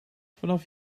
vanaf